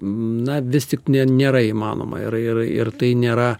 na vis tik ne nėra įmanoma ir ir ir tai nėra